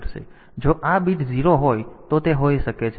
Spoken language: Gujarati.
તેથી જો આ બીટ 0 હોય તો તે હોઈ શકે છે